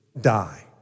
die